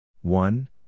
one